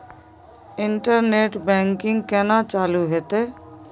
Internet banking केना चालू हेते?